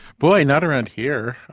boy, not around here.